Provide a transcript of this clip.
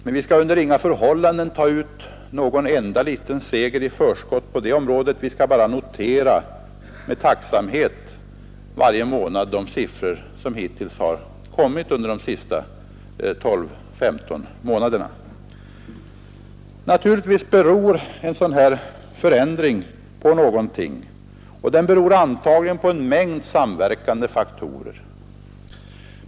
Men vi skall under inga förhållanden ta ut någon enda liten seger i förskott på det området; vi skall bara varje månad med tacksamhet notera nedgången under de senaste 12—15 månaderna. Naturligtvis beror en sådan här förändring på någonting — antagligen på en mängd samverkande faktorer.